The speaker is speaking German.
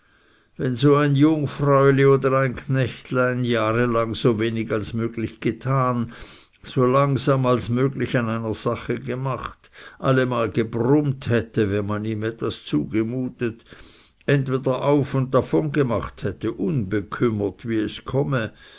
wenn so ein jungfräuli oder ein knechtlein jahrelang so wenig als möglich getan so langsam als möglich an einer sache gemacht allemal gebrummt hätte wenn man ihm etwas zugemutet entweder auf und davon gemacht hätte unbekümmert wie es komme